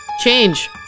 Change